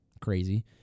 Crazy